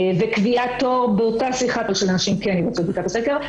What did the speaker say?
למטופלת וקביעת תור באותה שיחה כדי שנשים כן יבצעו את בדיקת הסקר,